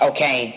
Okay